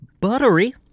buttery